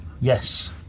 Yes